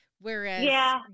Whereas